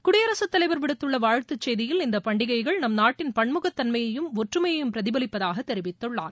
குடியரசுத்தலைவர் விடுத்துள்ள வாழ்த்துச் செய்தியில் இந்த பண்டிகைகள் நம் நாட்டின் பன்முகத் தன்மையையும் ஒற்றுமையையும் பிரதிபலிப்பதாக தெரிவித்துள்ளார்